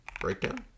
breakdown